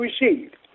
received